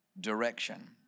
direction